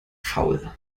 faul